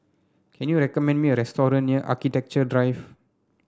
can you recommend me a restaurant near Architecture Drive